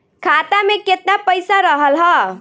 खाता में केतना पइसा रहल ह?